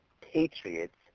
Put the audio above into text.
Patriots